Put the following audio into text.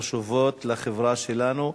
חשובות לחברה שלנו,